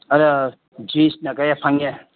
ꯑꯗ ꯖ꯭ꯌꯨꯁꯅ ꯀꯌꯥ ꯐꯪꯉꯦ